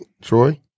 Troy